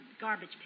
garbage